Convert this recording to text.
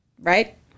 right